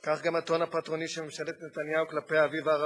כך גם הטון הפטרוני של ממשלת נתניהו כלפי האביב הערבי,